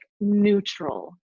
neutral